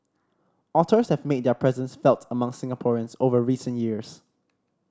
otters have made their presence felt among Singaporeans over recent years